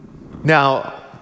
Now